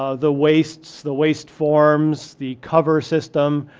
ah the wastes, the waste forms, the cover system,